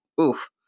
oof